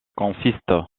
consiste